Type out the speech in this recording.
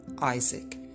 isaac